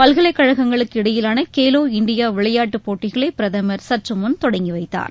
பல்கலைக்கழகங்களுக்கு இடையிலான கேலோ இண்டியா விளையாட்டுப் போட்டிகளை பிரதமர் சற்றுமுன் தொடங்கிவைத்தார்